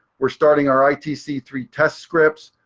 we're starting our i t c three test scripts.